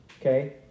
okay